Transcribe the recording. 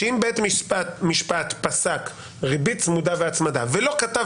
אם בית משפט פסק ריבית צמודה והצמדה ולא כתב